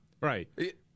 Right